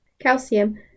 calcium